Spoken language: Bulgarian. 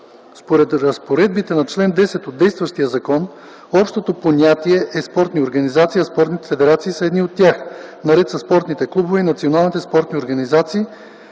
Според разпоредбите на чл. 10 от действащия закон общото понятие е „спортни организации”, а спортните федерации са едни от тях, наред със спортните клубове и националните спортни организации,